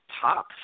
top